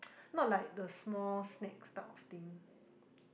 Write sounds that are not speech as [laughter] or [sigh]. [noise] not like the small snacks stuff of thing